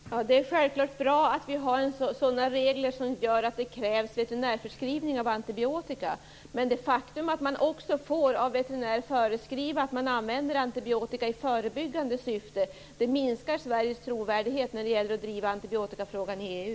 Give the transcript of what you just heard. Herr talman! Det är självklart bra att vi har sådana regler som gör att det krävs veterinärförskrivning av antibiotika, men det faktum att man får använda antibiotika i förebyggande syfte minskar Sveriges trovärdighet när det gäller att driva antibiotikafrågan i